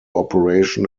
operation